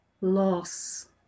loss